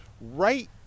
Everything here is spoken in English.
right